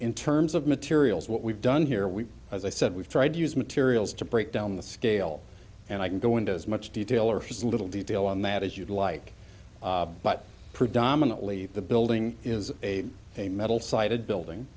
in terms of materials what we've done here we as i said we've tried to use materials to break down the scale and i can go into as much detail or first a little detail on that as you'd like but predominantly the building is a a metal sided building